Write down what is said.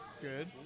good